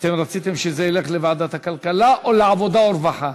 אתם רציתם שזה ילך לוועדת הכלכלה או לעבודה ורווחה?